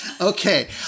Okay